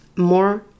more